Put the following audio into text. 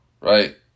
right